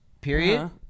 period